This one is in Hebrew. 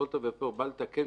בא לתקן,